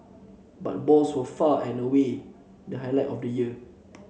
but balls were far and away the highlight of the year